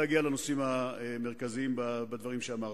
להגיע לנושאים המרכזיים בדברים שאמרת.